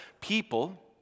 people